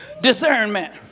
discernment